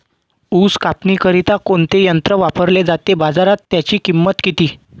ऊस कापणीकरिता कोणते यंत्र वापरले जाते? बाजारात त्याची किंमत किती?